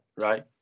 right